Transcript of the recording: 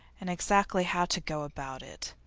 and exactly how to go about it!